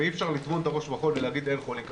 ואי-אפשר לטמון את הראש בחול ולהגיד שאין חולים קשים.